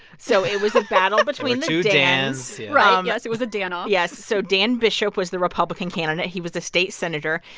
so it was a battle between two dans yes. it was a dan-off yes. so dan bishop was the republican candidate. he was the state senator.